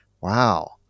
wow